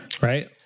right